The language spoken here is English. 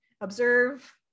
Observe